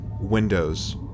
windows